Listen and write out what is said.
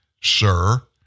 sir